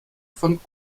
von